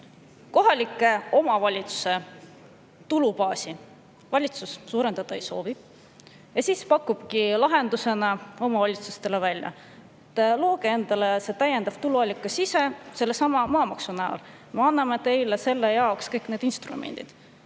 Kohalike omavalitsuste tulubaasi valitsus suurendada ei soovi. Ta pakubki lahendusena omavalitsustele välja: looge endale täiendav tuluallikas ise sellesama maamaksu näol. Me anname teile selle jaoks kõik instrumendid.